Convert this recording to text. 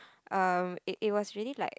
um it it was really like